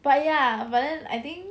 but ya but then I think